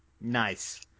Nice